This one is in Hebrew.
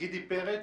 גידי פרץ,